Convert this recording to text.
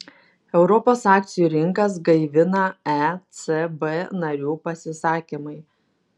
europos akcijų rinkas gaivina ecb narių pasisakymai